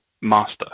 master